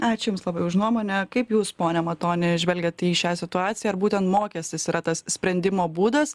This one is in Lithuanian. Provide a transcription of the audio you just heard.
ačiū jums labai už nuomonę kaip jūs pone matoni žvelgiat į šią situaciją ar būtent mokestis yra tas sprendimo būdas